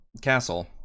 castle